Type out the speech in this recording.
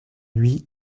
lui